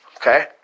Okay